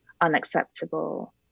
unacceptable